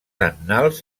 annals